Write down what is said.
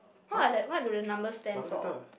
what are the what do the numbers stand for